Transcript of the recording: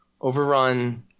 overrun